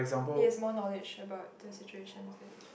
he has more knowledge about this situation is it